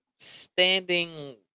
Standing